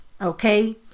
okay